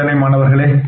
சரிதானே